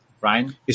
Ryan